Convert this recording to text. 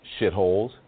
shitholes